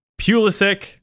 Pulisic